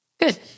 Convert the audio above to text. good